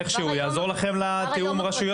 איכשהו זה יעזור לכם לתיאום הרשויות?